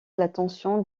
l’attention